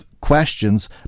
questions